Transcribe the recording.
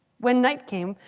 when night came,